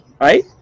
Right